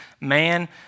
man